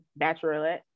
Bachelorette